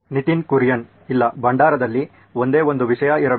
ನಿತಿನ್ ಕುರಿಯನ್ ಇಲ್ಲ ಭಂಡಾರದಲ್ಲಿ ಒಂದೇ ಒಂದು ವಿಷಯ ಇರಬೇಕು